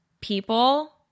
people